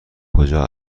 کجا